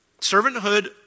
Servanthood